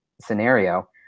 scenario